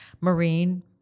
Marine